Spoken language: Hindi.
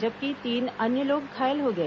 जबकि तीन अन्य लोग घायल हो गए